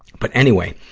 but anyway.